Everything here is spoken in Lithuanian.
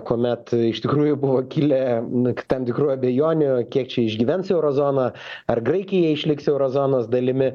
kuomet iš tikrųjų buvo kilę nak tam tikrų abejonių kiek čia išgyvens euro zona ar graikija išliks euro zonos dalimi